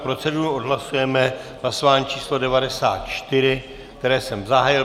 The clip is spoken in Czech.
Proceduru odhlasujeme v hlasování číslo 94, které jsem zahájil.